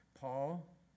Paul